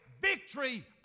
victory